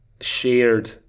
Shared